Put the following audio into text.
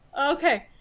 Okay